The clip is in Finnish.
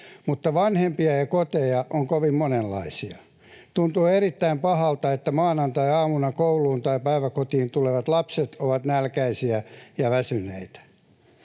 mutta vanhempia ja koteja on kovin monenlaisia. Tuntuu erittäin pahalta, että maanantaiaamuna kouluun tai päiväkotiin tulevat lapset ovat nälkäisiä ja väsyneitä.